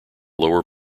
lower